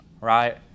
right